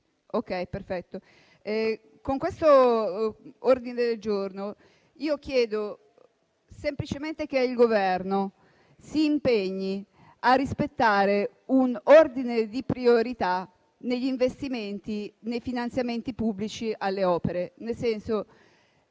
Presidente, con l'ordine del giorno G2.13 chiedo semplicemente che il Governo si impegni a rispettare un ordine di priorità negli investimenti e nei finanziamenti pubblici alle opere. A